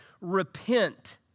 Repent